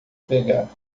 pegar